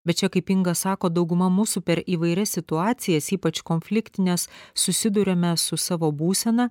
bet čia kaip inga sako dauguma mūsų per įvairias situacijas ypač konfliktines susiduriame su savo būsena